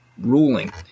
ruling